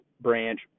branch